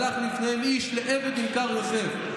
שלח לפניהם איש לעבד נמכר יוסף.